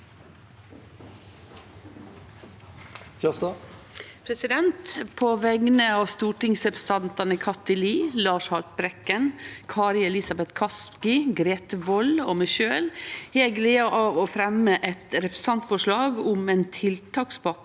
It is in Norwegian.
På vegner av stortingsrepresentantane Kathy Lie, Lars Haltbrekken, Kari Elisabeth Kaski, Grete Wold og meg sjølv har eg gleda av å fremje eit representantforslag om ei tiltakspakke